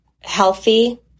healthy